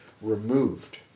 removed